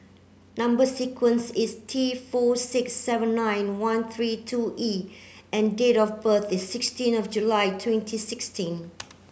number sequence is T four six seven nine one three two E and date of birth is sixteen of July twenty sixteen